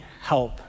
help